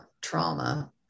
trauma